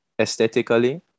aesthetically